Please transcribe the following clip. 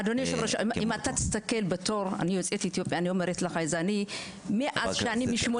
אני אומרת לך, מאז 1984